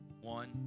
one